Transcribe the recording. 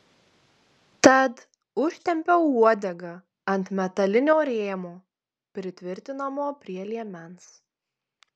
tad užtempiau uodegą ant metalinio rėmo pritvirtinamo prie liemens